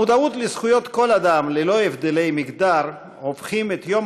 המודעות לזכויות כל אדם ללא הבדלי מגדר הופכת את יום